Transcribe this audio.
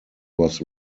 was